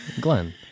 glenn